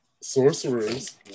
sorcerers